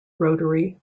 rotary